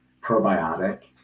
probiotic